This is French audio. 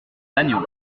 lannion